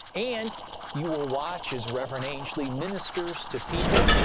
and you will watch as rev. and angley ministers to people.